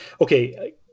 Okay